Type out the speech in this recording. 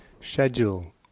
schedule